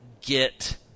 get